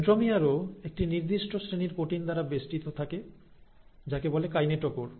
সেন্ট্রোমিয়ারও একটি নির্দিষ্ট শ্রেণীর প্রোটিন দ্বারা বেষ্টিত থাকে যাকে বলে কাইনেটোকোর